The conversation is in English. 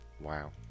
Wow